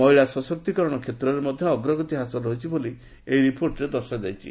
ମହିଳା ସଶକ୍ତୀକରଣ କ୍ଷେତ୍ରରେ ମଧ୍ୟ ଅଗ୍ରଗତି ହାସଲ ହୋଇଛି ବୋଲି ଏହି ରିପୋର୍ଟରେ ଦର୍ଶାଯାଇଛି